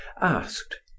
asked